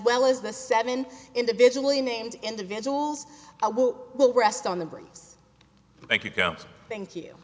well as the seven individually named individuals who will rest on the breeze thank you can't thank you